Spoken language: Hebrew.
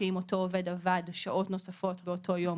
שאם אותו עובד עבד שעות נוספות באותו יום,